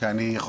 אתייחס